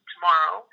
Tomorrow